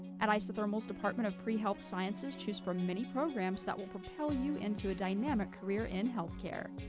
at isothermals department of prehealth sciences choose from many programs that will propel you into a dynamic career in healthcare.